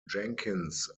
jenkins